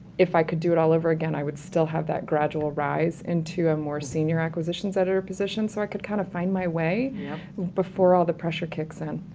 if i could do it all over again i would still have that gradual rise into a more senior acquisitions editor position, so i could kind of find my way before all the pressure kicks in.